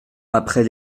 après